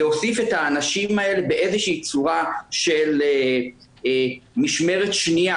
להוסיף את האנשים האלה באיזו שהיא צורה של משמרת שניה,